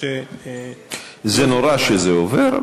זה נורא שזה עובר,